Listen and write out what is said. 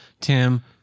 Tim